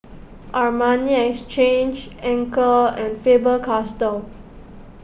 Armani Exchange Anchor and Faber Castell